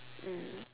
mm